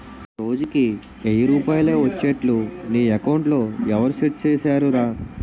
రోజుకి ఎయ్యి రూపాయలే ఒచ్చేట్లు నీ అకౌంట్లో ఎవరూ సెట్ సేసిసేరురా